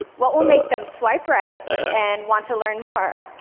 what will make them swipe right and want to learn more?